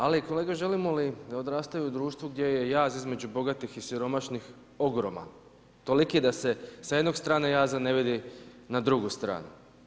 Ali kolega želimo li da odrastaju u društvu gdje je jaz između bogatih i siromašnih ogroman, toliki da se s jednog strana jaza ne vidi na drugu stranu.